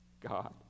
God